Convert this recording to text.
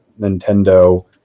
Nintendo